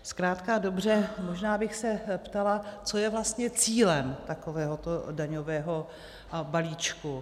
Zkrátka a dobře, možná bych se ptala, co je vlastně cílem takovéhoto daňového balíčku.